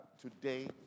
today